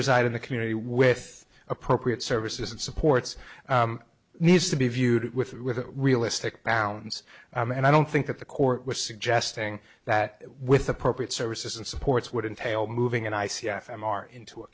reside in the community with appropriate services and supports needs to be viewed with with realistic bounds and i don't think that the court was suggesting that with appropriate services and supports would entail moving and i see f m r into a